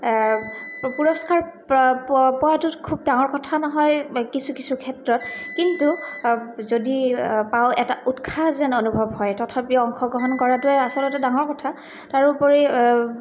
পুৰস্কাৰ পোৱাটো খুব ডাঙৰ কথা নহয় কিছু কিছু ক্ষেত্ৰত কিন্তু যদি পাওঁ এটা উৎসাহ যেন অনুভৱ হয় তথাপিও অংশগ্ৰহণ কৰাটোৱে আচলতে ডাঙৰ কথা তাৰোপৰি